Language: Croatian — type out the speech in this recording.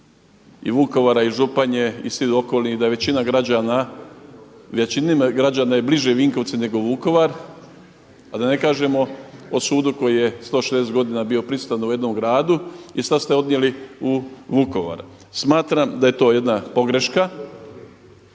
i Vukovara i Županje i svih okolnih da je većini građana bliže Vinkovci nego Vukovar, a da ne kažemo o sudu koji je 160 godina bio prisutan u jednom gradu i sada ste odnijeli u Vukovar. Smatram da je to jedna pogreška,